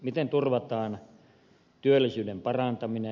miten turvataan työllisyyden parantaminen